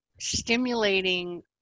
stimulating